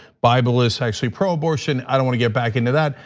bible is actually pro-abortion. i don't wanna get back into that,